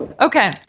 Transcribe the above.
Okay